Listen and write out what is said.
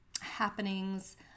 happenings